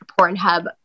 Pornhub